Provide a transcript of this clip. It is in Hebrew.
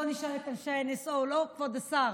בואי נשאל את אנשי NSO מה הם רוצים לאכול לשבת,